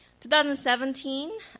2017